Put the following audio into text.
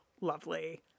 lovely